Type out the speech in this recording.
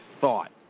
thought